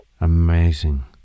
Amazing